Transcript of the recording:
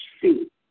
see